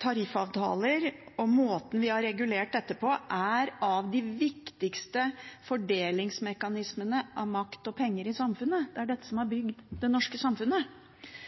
tariffavtaler og måten vi har regulert dette på, er av de viktigste fordelingsmekanismene av makt og penger i samfunnet. Det er dette som har bygd det norske samfunnet.